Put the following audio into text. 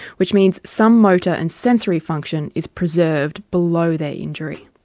which means some motor and sensory function is preserved below their injury.